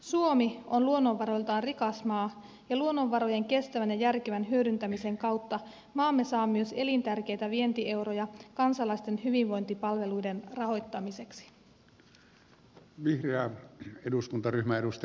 suomi on luonnonvaroiltaan rikas maa ja luonnonvarojen kestävän ja järkevän hyödyntämisen kautta maamme saa myös elintärkeitä vientieuroja kansalaisten hyvinvointipalveluiden rahoittamiseksi